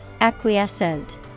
Acquiescent